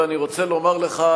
ואני רוצה לומר לך,